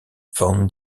van